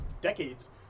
decades